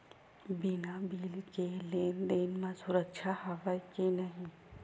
बिना बिल के लेन देन म सुरक्षा हवय के नहीं?